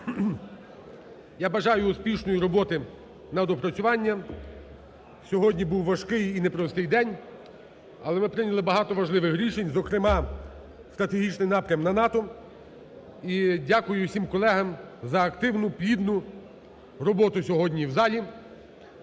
Я бажаю успішної роботи на доопрацювання. Сьогодні був важкий і непростий день, але ми прийняли багато важливих рішень, зокрема стратегічний напрям на НАТО. І дякую всім колегам за активну, плідну роботу сьогодні в залі.